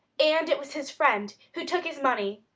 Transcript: and it was his friend, who took his money.